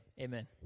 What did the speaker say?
amen